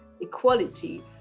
equality